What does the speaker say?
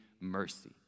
mercy